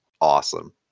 awesome